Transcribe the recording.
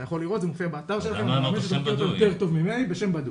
אתה יכול לראות, זה מופיע באתר שלכם, בשם בדוי.